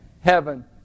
heaven